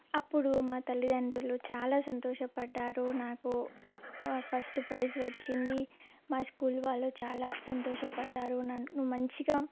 అప్పుడు మా తల్లిదండ్రులు చాలా సంతోషపడ్డారు నాకు ఫస్ట్ ప్రైజ్ వచ్చింది మా స్కూల్ వాళ్ళు చాలా సంతోషపడ్డారు నన్ను నువ్వు మంచిగా